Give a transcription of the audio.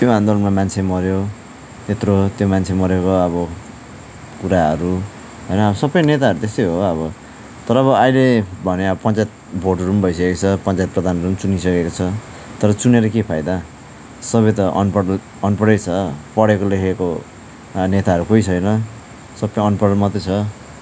त्यो आन्दोलनमा मान्छे मर्यो यत्रो त्यो मान्छे मरेर गयो अब कुराहरू होइन अब सबै नेताहरू त्यस्तै हो अब तर अब अहिले भने अब पञ्चायत भोटहरू पनि भइसकेको छ पञ्चायत प्रधानहरू पनि चुनिइसकेको छ तर चुनेर के फाइदा सबै त अनपढ अनपढै छ पढेको लेखेको नेताहरू कोही छैन सबै अनपढ मात्रै छ